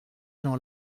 gens